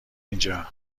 اینجا